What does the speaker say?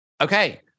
okay